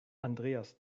andreas